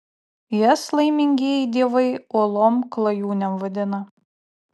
jas laimingieji dievai uolom klajūnėm vadina